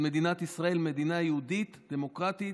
מדינת ישראל כמדינה יהודית ודמוקרטית,